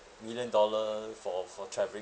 million dollar for for traveling